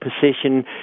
position